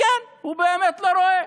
כן, הוא באמת לא רואה.